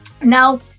Now